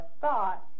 thought